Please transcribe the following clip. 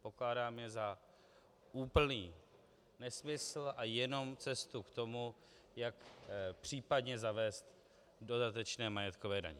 Pokládám je za úplný nesmysl a jenom cestu k tomu, jak případně zavést dodatečné majetkové daně.